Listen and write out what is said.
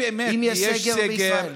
אם יש סגר בישראל?